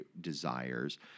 desires